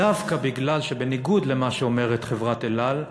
דווקא משום שבניגוד למה שאומרת חברת "אל על"